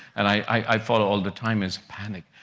and i follow all the time is panic.